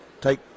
take